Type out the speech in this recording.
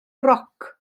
roc